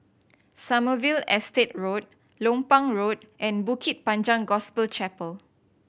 Sommerville Estate Road Lompang Road and Bukit Panjang Gospel Chapel